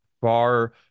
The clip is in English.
far